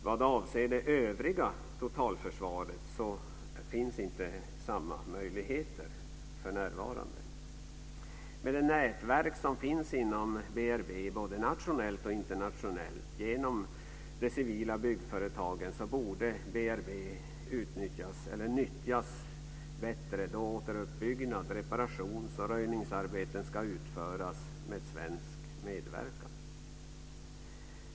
Vad avser det övriga totalförsvaret finns för närvarande inte samma möjligheter. Med det nätverk som finns inom BRB, både nationellt och internationellt, genom de civila byggföretagen, borde BRB nyttjas bättre då återuppbyggnad, reparations och röjningsarbete ska utföras med svensk medverkan.